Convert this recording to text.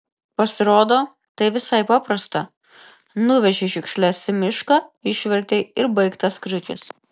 pasirodo tai visai paprasta nuvežei šiukšles į mišką išvertei ir baigtas kriukis